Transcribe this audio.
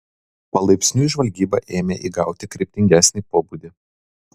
palaipsniui žvalgyba ėmė įgauti kryptingesnį pobūdį